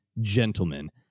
gentlemen